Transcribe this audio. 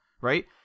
right